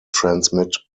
transmit